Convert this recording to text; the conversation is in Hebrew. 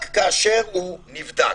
רק כאשר הוא נבדק.